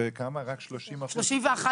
שרק 30% --- סגנית שר האוצר מיכל